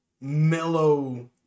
mellow